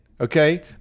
Okay